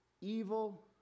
evil